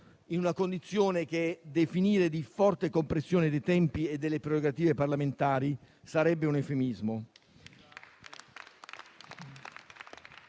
in una condizione che definire di forte compressione dei tempi e delle prerogative parlamentari sarebbe un eufemismo.